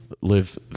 live